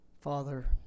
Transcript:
Father